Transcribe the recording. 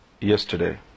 yesterday